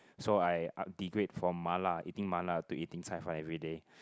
so I I degrade from mala eating mala to eating Cai-Fan everyday